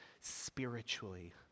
spiritually